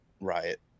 riot